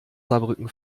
saarbrücken